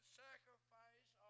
sacrifice